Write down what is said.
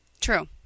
True